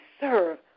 serve